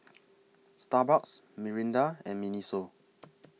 Starbucks Mirinda and Miniso